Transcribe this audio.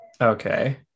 Okay